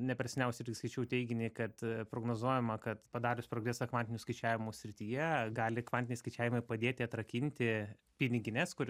ne per seniausiai irgi skaičiau teiginį kad prognozuojama kad padarius progresą kvantinių skaičiavimų srityje gali kvantiniai skaičiavimai padėti atrakinti pinigines kur